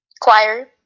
Choir